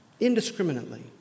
Indiscriminately